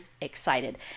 excited